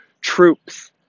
troops